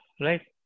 right